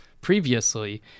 previously